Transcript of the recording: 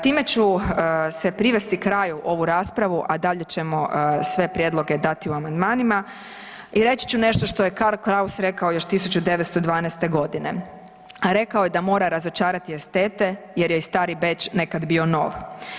Time ću se privesti kraju ovu raspravu, a dalje ćemo sve prijedloge dati u amandmanima i reći ću nešto što je Karl Kraus rekao još 1912. godine, a rekao je da mora razočarati estete jer je i stari Beč nekad bio nov.